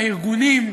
הארגונים,